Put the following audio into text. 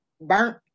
burnt